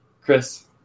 Chris